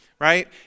Right